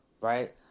right